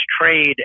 trade